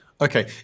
Okay